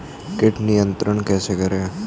कीट नियंत्रण कैसे करें?